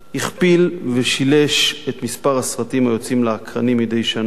הכפיל ושילש את מספר הסרטים היוצאים לאקרנים מדי שנה,